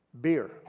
Beer